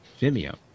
Vimeo